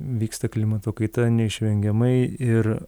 vyksta klimato kaita neišvengiamai ir